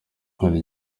hari